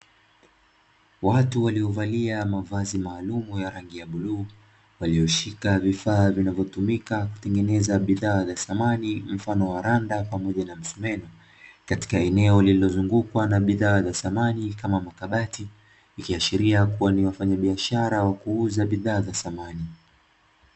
Watu waliovalia mavazi maalumu ya rangi ya bluu, walioshika vifaa vinavyotumika kutengeneza bidhaa za samani mfano wa randa pamoja na msumeno, ikiwa ni eneo lililozungukwa na bidhaa za samani kama makabati ikiashiria kuwa ni wafanyabiashara wa kuuza bidhaa za samani.